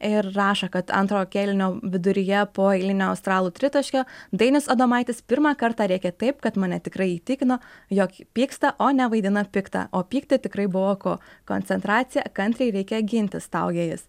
ir rašo kad antrojo kėlinio viduryje po eilinio australų tritaškio dainius adomaitis pirmą kartą rėkė taip kad mane tikrai įtikino jog pyksta o nevaidina pikta o pykti tikrai buvo ko koncentraciją kantriai reikia ginti staugia jis